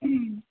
ಹ್ಞೂ